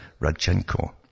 Radchenko